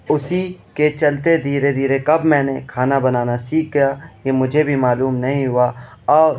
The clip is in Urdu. اسی کے چلتے دھیرے دھیرے کب میں نے کھانا بنانا سیکھ گیا یہ مجھے بھی معلوم نہیں ہوا اور